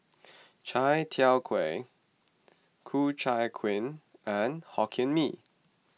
Chai Tow Kuay Ku Chai Kuih and Hokkien Mee